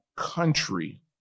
country